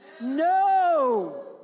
no